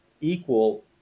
equal